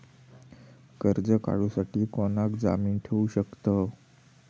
कर्ज काढूसाठी कोणाक जामीन ठेवू शकतव?